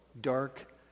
dark